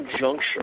juncture